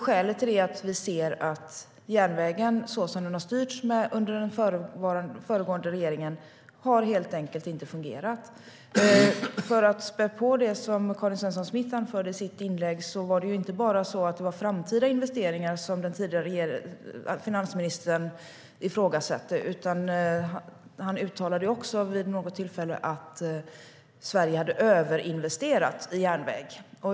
Skälet till det är att vi ser att järnvägen så som den har styrts under den föregående regeringen helt enkelt inte har fungerat. För att spä på det som Karin Svensson Smith anförde i sitt inlägg var det inte bara framtida investeringar som den tidigare finansministern ifrågasatte. Han uttalade också vid något tillfälle att Sverige hade överinvesterat i järnväg.